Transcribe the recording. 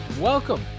Welcome